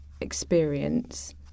experience